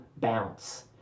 bounce